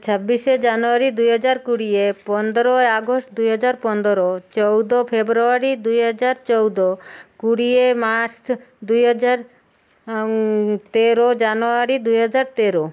ଛବିଶ ଜାନୁଆରୀ ଦୁଇହଜାର କୋଡ଼ିଏ ପନ୍ଦର ଅଗଷ୍ଟ ଦୁଇହଜାର ପନ୍ଦର ଚଉଦ ଫେବୃଆରୀ ଦୁଇହଜାର ଚଉଦ କୋଡ଼ିଏ ମାର୍ଚ୍ଚ ଦୁଇହଜାର ତେର ଜାନୁଆରୀ ଦୁଇହଜାର ତେର